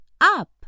up